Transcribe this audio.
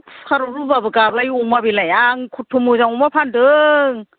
खुखाराव रुब्लाबो गाबलायै अमा बेलाय आं खर्थ' मोजां अमा फानदों